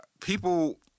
people